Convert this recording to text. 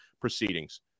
proceedings